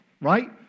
right